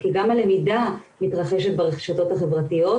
כי גם הלמידה מתרחשת ברשתות החברתיות,